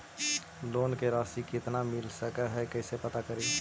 Loan के रासि कितना मिल सक है कैसे पता करी?